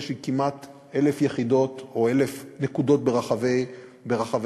של כמעט 1,000 יחידות או 1,000 נקודות ברחבי הארץ.